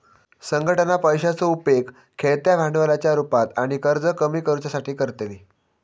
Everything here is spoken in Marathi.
संघटना पैशाचो उपेग खेळत्या भांडवलाच्या रुपात आणि कर्ज कमी करुच्यासाठी करतली